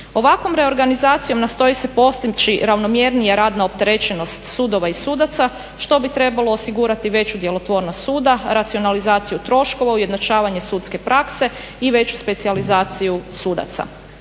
Ovakvom reorganizacijom nastoji se postići ravnomjernija radna opterećenost sudova i sudaca što bi trebalo osigurati veću djelotvornost suda, racionalizaciju troškova, ujednačavanje sudske prakse i veću specijalizaciju sudaca.